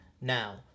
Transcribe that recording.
Now